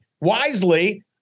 wisely